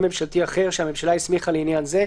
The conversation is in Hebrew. ממשלתי אחר שהממשלה הסמיכה לעניין זה,